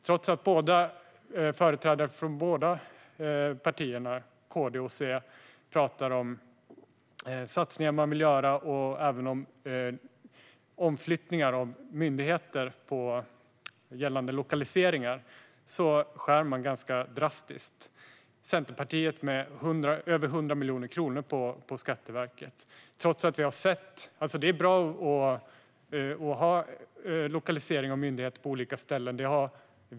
Trots att företrädare för båda partierna, KD och C, pratar om satsningar man vill göra och om omflyttningar av myndigheter från gällande lokaliseringar skär man ganska drastiskt, Centerpartiet med över 100 miljoner kronor, i Skatteverkets anslag. Det är bra att myndigheter är lokaliserade på olika ställen.